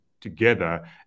together